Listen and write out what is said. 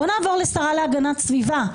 בואו נעבור לשרה להגנת הסביבה,